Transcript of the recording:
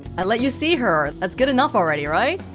i let you see her, that's good enough already, right?